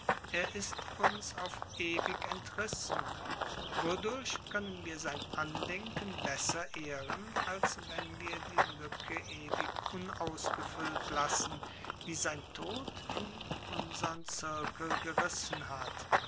er ist uns auf ewig entrissen wodurch können wir sein andenken besser ehren als wenn wir die lücke ewig unausgefüllt lassen die sein tod in unsern zirkel gerissen hat